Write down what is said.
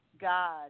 God